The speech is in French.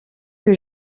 que